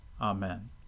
Amen